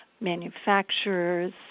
manufacturers